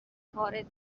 وارد